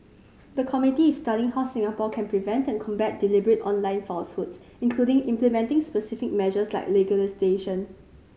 the committee is studying how Singapore can prevent and combat deliberate online falsehoods including implementing specific measures like legislation